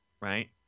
right